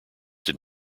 did